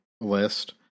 list